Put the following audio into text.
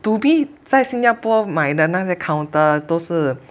to be 在新加坡买的那个 counter 都是